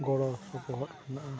ᱜᱚᱲᱚ ᱥᱚᱯᱚᱦᱚᱫ ᱦᱮᱱᱟᱜᱼᱟ